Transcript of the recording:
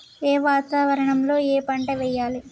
ఏ వాతావరణం లో ఏ పంట వెయ్యాలి?